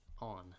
on